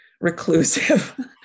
reclusive